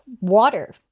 water